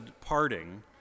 parting